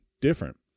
different